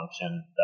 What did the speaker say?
function